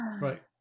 Right